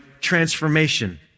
transformation